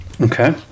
Okay